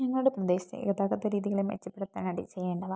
നിങ്ങളുടെ പ്രദേശത്തെ ഗതാഗത രീതികളെ മെച്ചപ്പെടുത്താനായിട്ട് ചെയ്യേണ്ടവ